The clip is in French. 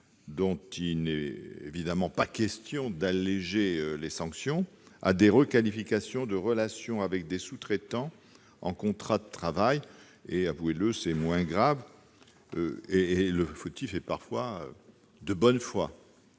il n'est évidemment pas question d'alléger les sanctions, à des requalifications de relations avec des sous-traitants en contrat de travail, qui, avouez-le, sont d'autant moins graves que le fautif est parfois de bonne foi.